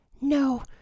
No